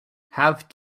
have